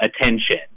attention